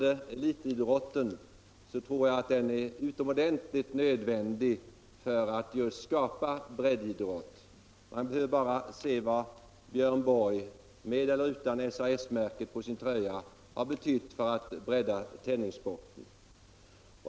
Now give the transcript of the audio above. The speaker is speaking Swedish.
Elitidrotten tror jag är utomordentligt nödvändig just för att skapa breddidrott. Man behöver bara se vad Björn Borg — med eller utan SAS märket på sin tröja — har betytt för att bredda tennissporten.